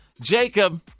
Jacob